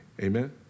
Amen